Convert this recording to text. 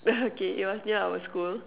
okay it was near our school